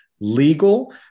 legal